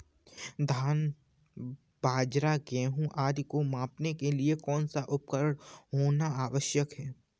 धान बाजरा गेहूँ आदि को मापने के लिए कौन सा उपकरण होना आवश्यक है?